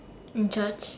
you judge